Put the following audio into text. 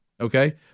okay